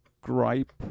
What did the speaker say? gripe